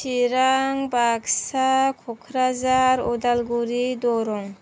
Chirang Baksa Kokrajhar Udalguri Darrang